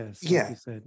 yes